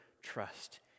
trust